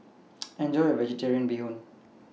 Enjoy your Vegetarian Bee Hoon